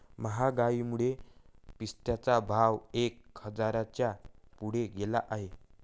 महागाईमुळे पिस्त्याचा भाव एक हजाराच्या पुढे गेला आहे